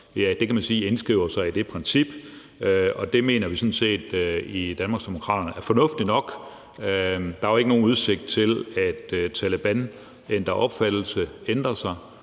kan man sige indskriver sig i det princip, og det mener vi sådan set i Danmarksdemokraterne er fornuftigt nok. Der er jo ikke nogen udsigt til, at Taleban ændrer opfattelse og ændrer sig.